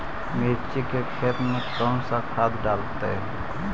मिर्ची के खेत में कौन सा खाद डालते हैं?